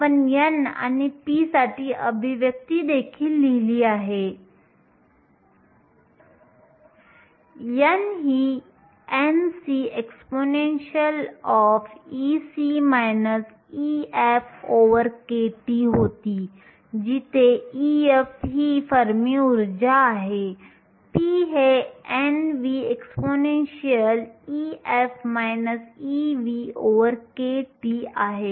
आपण n आणि p साठी अभिव्यक्ती देखील लिहिली आहे n ही Nc expEc EfkT होती जिथे Ef ही फर्मी ऊर्जा आहे p हे Nv expEf EvkT आहे